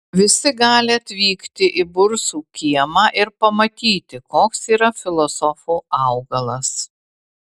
visi gali atvykti į bursų kiemą ir pamatyti koks yra filosofų augalas